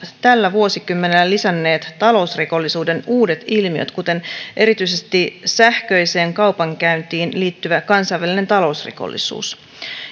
tällä vuosikymmenellä lisänneet talousrikollisuuden uudet ilmiöt kuten erityisesti sähköiseen kaupankäyntiin liittyvä kansainvälinen talousrikollisuus